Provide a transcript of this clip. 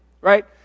right